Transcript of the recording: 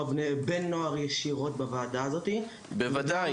בני נוער ישירות בוועדה הזאתי --- בוודאי.